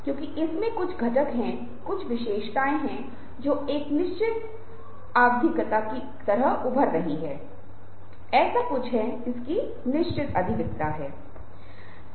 अब यहाँ पर दो चीजें होती हैं एक दूसरा व्यक्ति उपेक्षित महसूस करता है दूसरा कि अब आप एक और कहानी थोप रहे हैं कि वह आपकी कहानी सुनना चाहता है या नहीं